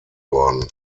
worden